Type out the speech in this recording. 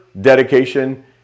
Dedication